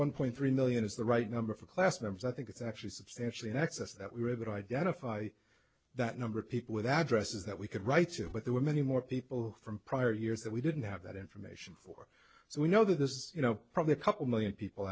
one point three million is the right number for class members i think it's actually substantially in excess that we would identify that number of people with addresses that we could write to but there were many more people from prior years that we didn't have that information for so we know that this is you know probably a couple million people